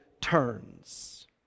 turns